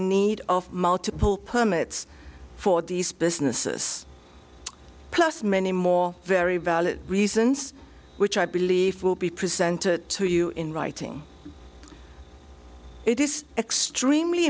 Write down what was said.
need of multiple permits for these businesses plus many more very valid reasons which i believe will be presented to you in writing it is extremely